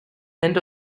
end